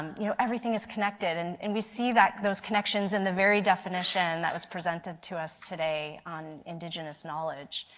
um you know everything is connected. and and we see those connections and the very definition that was presented to us today, on indigenous knowledge.